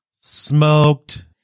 Smoked